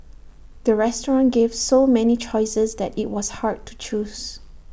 the restaurant gave so many choices that IT was hard to choose